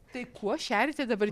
tai kuo šeriate dabar